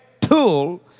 tool